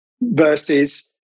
versus